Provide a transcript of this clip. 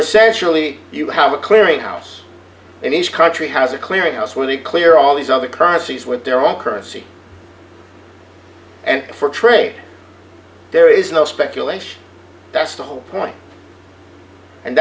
essentially you have a clearing house and each country has a clearing house where we clear all these other crises with their own currency and for trade there is no speculation that's the whole point and